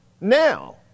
Now